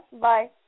bye